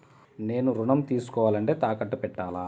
నేను ఋణం తీసుకోవాలంటే తాకట్టు పెట్టాలా?